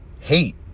Hate